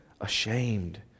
ashamed